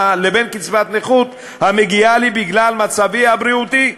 לבין קצבת נכות המגיעה לי בגלל מצבי הבריאותי?